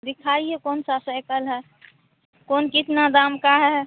दिखाइए कौन सा साइकिल है कौन कितना दाम का है